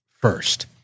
first